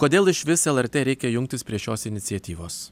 kodėl išvis lrt reikia jungtis prie šios iniciatyvos